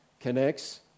connects